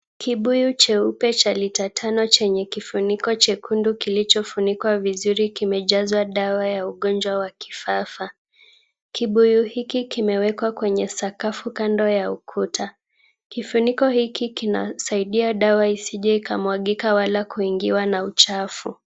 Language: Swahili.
Kibuyu cheupe cha lita tano chenye kifuniko chekundu kilichofunikwa vizuri, kimejazwa dawa ya ugonjwa wa kifafa. Kibuyu hiki kimewekwa kwenye sakafu kando ya ukuta. Kifuniko hiki kinasaidia dawa isije ikamwagika wala kuingiwa na uchafu.